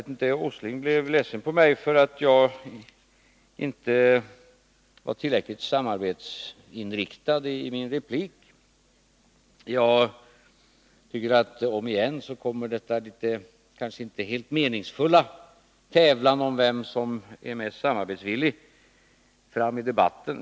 Nils Åsling blev ledsen på mig för att jag inte var tillräckligt samarbetsinriktad i min replik. Om igen kommer detta kanske inte helt meningsfulla tävlande om vem som är mest samarbetsvillig fram i debatten.